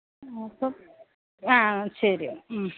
അപ്പം ആ ശരി എന്നാൽ